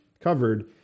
covered